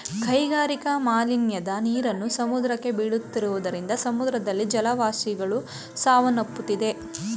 ಕೈಗಾರಿಕಾ ಮಾಲಿನ್ಯದ ನೀರನ್ನು ಸಮುದ್ರಕ್ಕೆ ಬೀಳುತ್ತಿರುವುದರಿಂದ ಸಮುದ್ರದಲ್ಲಿನ ಜಲವಾಸಿಗಳು ಸಾವನ್ನಪ್ಪುತ್ತಿವೆ